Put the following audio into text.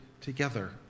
together